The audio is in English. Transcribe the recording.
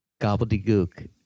Gobbledygook